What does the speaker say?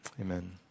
amen